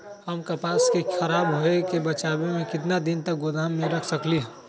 हम कपास के खराब होए से बचाबे ला कितना दिन तक गोदाम में रख सकली ह?